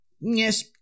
Yes